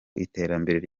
iterambere